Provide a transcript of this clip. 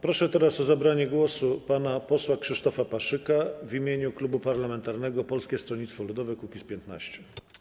Proszę teraz o zabranie głosu pana posła Krzysztofa Paszyka w imieniu klubu parlamentarnego Polskiego Stronnictwa Ludowego - Kukiz15.